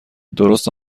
درست